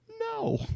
no